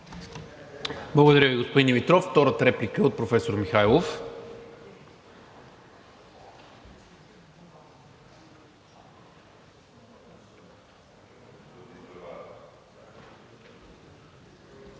Благодаря Ви, господин Димитров. Втората реплика е от професор Михайлов.